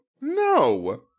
No